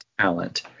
talent